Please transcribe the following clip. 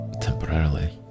temporarily